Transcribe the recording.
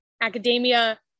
academia